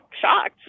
shocked